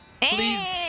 please